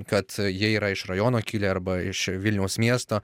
kad jie yra iš rajono kilę arba iš vilniaus miesto